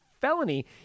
felony